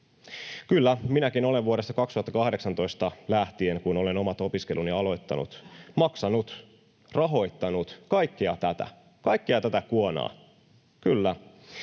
Kyllä, minäkin olen vuodesta 2018 lähtien, kun olen omat opiskeluni aloittanut, maksanut ja rahoittanut kaikkea tätä, kaikkea tätä kuonaa, kyllä.